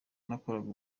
nakoraga